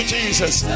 Jesus